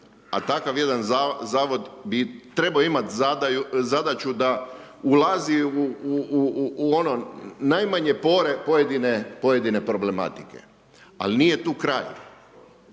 a takav jedan Zavod bi trebao imati zadaću da ulazi u ono najmanje pore pojedine problematike. Al, nije tu kraj.